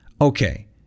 Okay